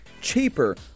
cheaper